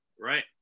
Right